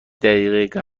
دقیقه